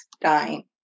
dying